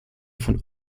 von